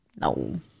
No